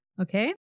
Okay